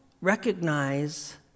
recognize